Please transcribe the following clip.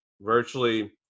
virtually